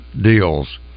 deals